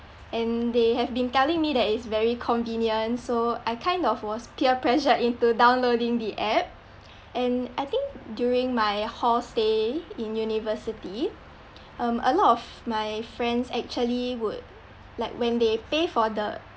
and they have been telling me that it's very convenient so I kind of was peer pressured into downloading the app and I think during my hall stay in university um a lot of my friends actually would like when they pay for the